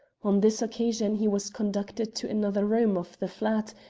on this occasion he was conducted to another room of the flat,